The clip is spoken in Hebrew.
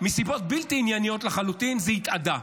מסיבות בלתי ענייניות לחלוטין, זה התאדה.